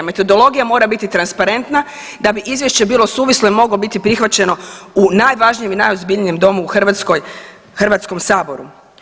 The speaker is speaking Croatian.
Metodologija mora biti transparentna da bi izvješće bilo suvislo i moglo biti prihvaćeno u najvažnijem i najozbiljnije domu u Hrvatskoj, Hrvatskom saboru.